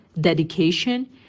dedication